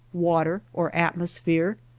water, or at mosphere?